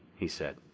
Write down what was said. he said.